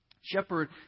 Shepherd